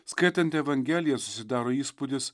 skaitant evangeliją susidaro įspūdis